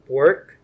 work